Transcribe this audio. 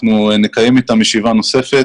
אנחנו נקיים אתם ישיבה נוספת.